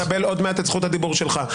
אתה תקבל עוד מעט את זכות הדיבור שלך.